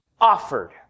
offered